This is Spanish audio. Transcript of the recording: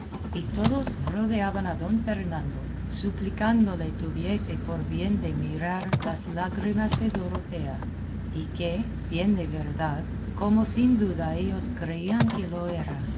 todos rodeaban a don fernando suplicándole tuviese por bien de mirar las lágrimas de dorotea y que siendo verdad como sin duda ellos creían que lo era